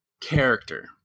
character